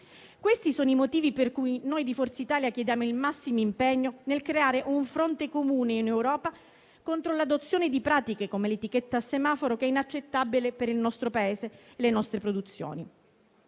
Questi sono i motivi per cui noi di Forza Italia chiediamo il massimo impegno nel creare un fronte comune in Europa contro l'adozione di pratiche come l'etichetta semaforo, inaccettabile per il nostro Paese e le nostre produzioni.